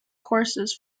courses